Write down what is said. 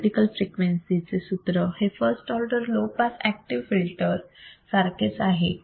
critical frequency चे सूत्र हे first order low pass active filter सारखेच आहे